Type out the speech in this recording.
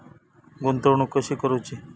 गुंतवणूक कशी करूची?